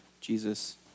Jesus